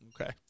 Okay